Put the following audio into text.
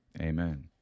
amen